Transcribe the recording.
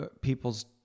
people's